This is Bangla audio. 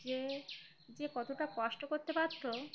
যে যে কতটা কষ্ট করতে পারত